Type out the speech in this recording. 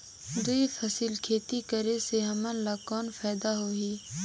दुई फसली खेती करे से हमन ला कौन फायदा होही?